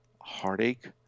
heartache